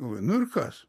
galvoju nu ir kas